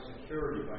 security